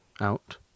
out